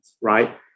right